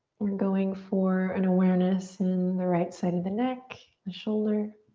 we're going for an awareness in the right side of the neck, the shoulder.